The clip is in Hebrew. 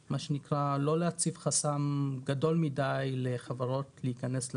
להציב חסם גדול מדי לחברות להיכנס לשוק,